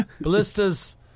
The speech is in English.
ballistas